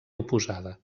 oposada